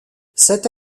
cette